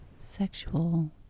sexual